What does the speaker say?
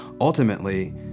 ultimately